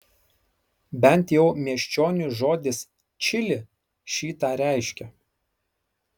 bent jau miesčioniui žodis čili šį tą reiškia